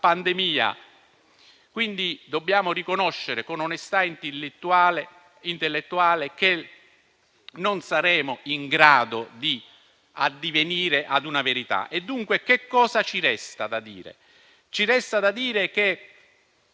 pandemia. Quindi dobbiamo riconoscere con onestà intellettuale che non saremo in grado di addivenire ad una verità. Dunque, ci resta da dire che formalmente